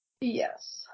Yes